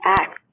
act